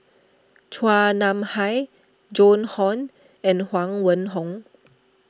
Chua Nam Hai Joan Hon and Huang Wenhong